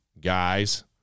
guys